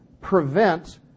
prevent